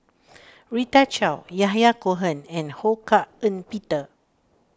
Rita Chao Yahya Cohen and Ho Hak Ean Peter